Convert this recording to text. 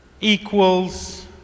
equals